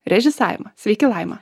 režisavimą sveiki laima